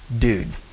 dude